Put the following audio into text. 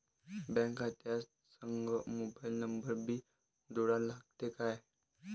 Bank खात्या संग mobile number भी जोडा लागते काय?